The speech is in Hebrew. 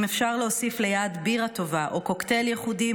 אם אפשר להוסיף ליד בירה טובה או קוקטייל ייחודי,